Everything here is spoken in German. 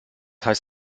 heißt